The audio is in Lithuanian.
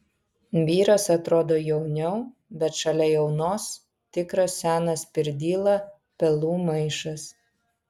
vyras atrodo jauniau bet šalia jaunos tikras senas pirdyla pelų maišas